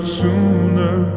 sooner